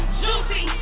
juicy